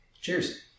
Cheers